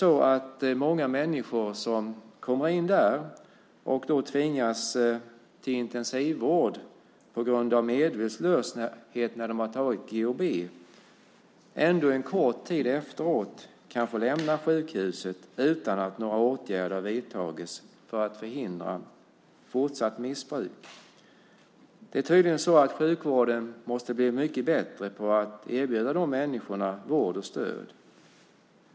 Det är tydligen många människor som kommer in där som tvingas till intensivvård på grund av medvetslöshet när de har tagit GHB. En kort tid efteråt kan de få lämna sjukhuset utan att några åtgärder har vidtagits för att förhindra fortsatt missbruk. Det är tydligen så att sjukvården måste bli mycket bättre på att erbjuda de här människorna vård och stöd.